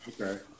Okay